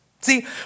See